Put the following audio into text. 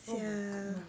oh my god no